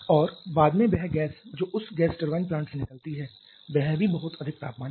और बाद में वह गैस जो उस गैस टरबाइन प्लांट से निकलती है वह भी बहुत अधिक तापमान पर